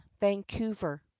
Vancouver